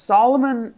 Solomon